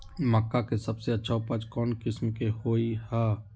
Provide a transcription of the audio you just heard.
मक्का के सबसे अच्छा उपज कौन किस्म के होअ ह?